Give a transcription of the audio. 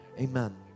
Amen